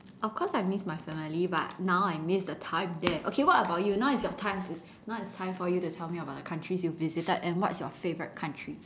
of course I miss my family but now I miss the time there okay what about you now is your time to now is time for you to tell me the countries you've visited and what's your favourite country